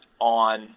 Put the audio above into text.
on